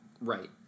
Right